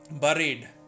buried